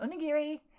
onigiri